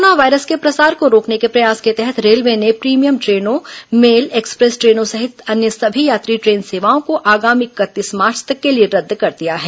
corona virus के प्रसार को रोकने के प्रयास के तहत रेलवे ने प्रीमियम ट्रेनों मेल एक्सप्रेस ट्रेनों सहित अन्य समी यात्री टेन सेवाओं को आगामी इकतीस मार्च तक के लिए रद्द कर दिया है